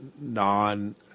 non